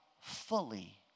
fully